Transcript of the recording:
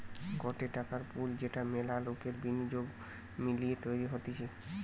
গটে টাকার পুল যেটা মেলা লোকের বিনিয়োগ মিলিয়ে তৈরী হতিছে